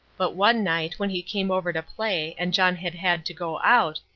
but one night, when he came over to play and john had had to go out,